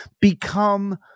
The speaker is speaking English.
become